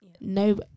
no